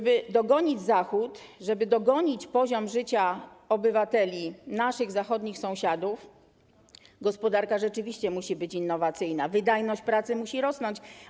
Aby dogonić Zachód, żeby dogonić poziom życia obywateli, naszych zachodnich sąsiadów, gospodarka rzeczywiście musi być innowacyjna, wydajność pracy musi rosnąć.